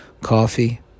coffee